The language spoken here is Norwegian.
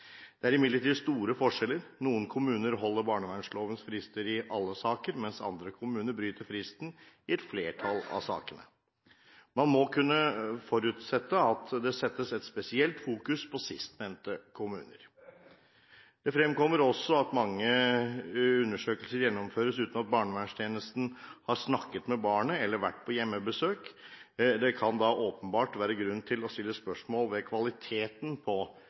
Det er imidlertid store forskjeller. Noen kommuner overholder barnevernlovens frister i alle saker, mens andre kommuner bryter fristen i et flertall av sakene. Man må kunne forutsette at det settes et spesielt fokus på sistnevnte kommuner. Det fremkommer også at mange undersøkelser gjennomføres uten at barneverntjenesten har snakket med barnet eller vært på hjemmebesøk. Det kan da åpenbart være grunn til å stille spørsmål ved kvaliteten på